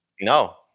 No